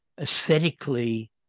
aesthetically